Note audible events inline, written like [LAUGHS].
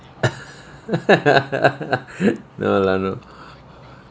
[LAUGHS] no lah no